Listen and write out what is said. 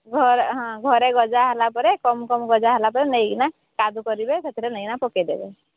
ଘରେ ହଁ ଘରେ ଗଜା ହେଲା ପରେ କମ୍ କମ୍ ଗଜା ହେଲା ପରେ ନେଇକିନା କାଦୁ କରିବେ ସେଥିରେ ନେଇକିନା ପକେଇ ଦେବେ